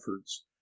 efforts